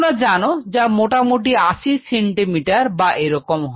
তোমরা জানো যা মোটামুটি 80 সেন্টিমিটার বা এরকম হয়